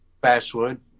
Basswood